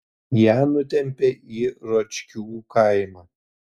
ją nutempė į ročkių kaimą